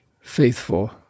faithful